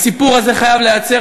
הסיפור הזה חייב להיעצר.